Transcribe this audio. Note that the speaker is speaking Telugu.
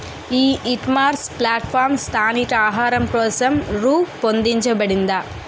ఈ ఇకామర్స్ ప్లాట్ఫారమ్ స్థానిక ఆహారం కోసం రూపొందించబడిందా?